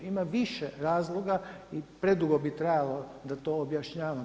Ima više razloga, predugo bi trajalo da to objašnjavam.